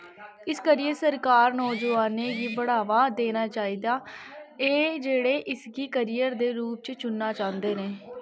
इस करियै सरकार नौजोआनें गी बढ़ावा देना चांह्दी ऐ जेह्ड़े इसगी करियर दे रूप च चुनना चांह्दे न